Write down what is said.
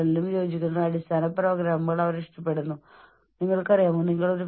തുടർന്ന് ആ വർഷം തിരിച്ചുള്ള ബ്രേക്ക്അപ്പ് മാസം തിരിച്ചുള്ള ബ്രേക്ക്അപ്പിലേക്ക് നിങ്ങുക